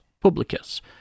Publicus